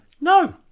No